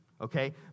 Okay